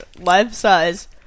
life-size